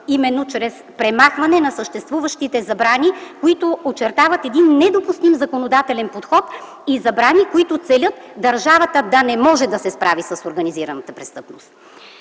именно чрез премахване на съществуващите забрани, които очертават един недопустим законодателен подход, и забрани, които целят държавата да не може да се справи с организираната престъпност.